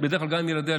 בדרך כלל גם עם ילדיה,